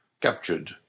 captured